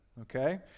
okay